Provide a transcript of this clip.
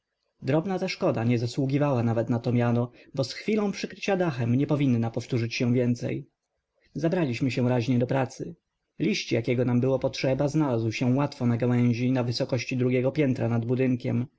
drobna ta szkoda nie zasługiwała nawet na to miano bo z chwilą przykrycia dachem nie powinna powtórzyć się więcej zabraliśmy się raźnie do pracy liść jakiego nam było potrzeba znalazł się łatwo na gałęzi na wysokości drugiego piętra nad budynkiem